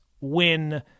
win